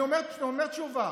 אני נותן תשובה.